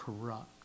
corrupt